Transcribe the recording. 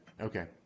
okay